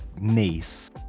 niece